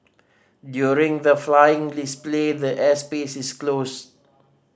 during the flying display the air space is closed